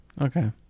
Okay